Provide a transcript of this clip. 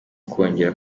kongera